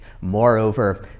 Moreover